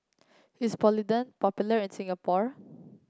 is Polident popular in Singapore